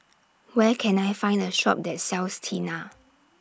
Where Can I Find A Shop that sells Tena